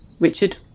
Richard